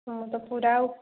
ମୁଁ ତ ପୁରା